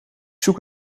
zoek